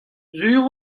sur